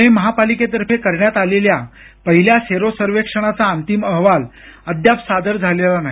पुणे महापालिकेतर्फे करण्यात आलेल्या पाहिल्या सेरो सर्वेक्षणाचा अंतिम अहवाल अद्याप सादर झालेला नाही